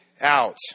out